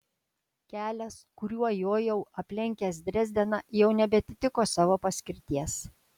kelias kuriuo jojau aplenkęs drezdeną jau nebeatitiko savo paskirties